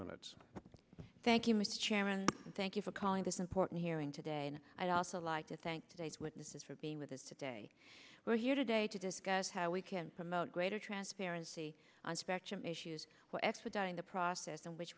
minutes thank you mr chairman thank you for calling this important hearing today and i'd also like to thank today's witnesses for being with us today we're here today to discuss how we can promote greater transparency on spectrum issues for expediting the process in which